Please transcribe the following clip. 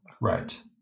right